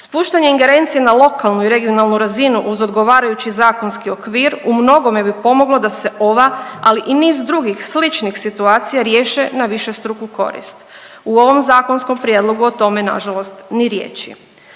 Spuštanje ingerencije na lokalnu i regionalnu razinu uz odgovarajući zakonski okvir u mnogome bi pomoglo da se ova ali i niz drugih sličnih situacija riješe na višestruku korist. U ovom zakonskom prijedlogu o tome na žalost ni riječi.